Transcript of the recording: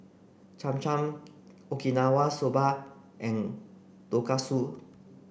Cham Cham Okinawa soba and Tonkatsu